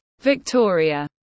Victoria